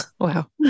Wow